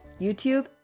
YouTube